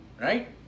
right